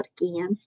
again